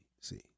see